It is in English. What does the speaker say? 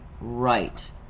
right